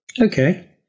Okay